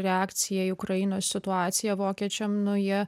reakcija į ukrainos situaciją vokiečiam nu jie